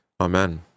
Amen